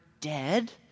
dead